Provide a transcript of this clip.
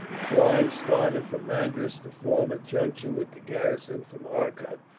clive started from madras to form a junction with the garrison from arcot,